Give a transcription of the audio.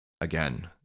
again